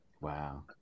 Wow